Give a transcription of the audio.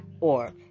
org